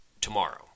tomorrow